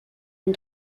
and